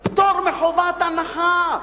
קיבל פטור מחובת הנחה.